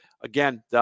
again